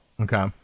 okay